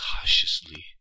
cautiously